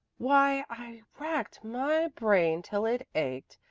why, i racked my brain till it ached,